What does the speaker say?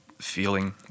feeling